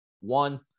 one